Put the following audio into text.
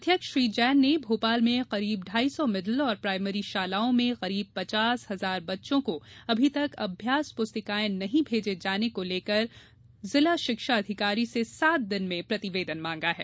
अध्यक्ष श्री जैन ने भोपाल में करीब ढाई सौ मिडिल और प्रायमरी शालाओं में करीब पचास हजार बच्चों को अभी तक अभ्यास पुरस्तिकाऐं नहीं भेजे जाने पर संज्ञान लेकर जिला शिक्षा अधिकारी से सात दिन में प्रतिवेदन मांगा है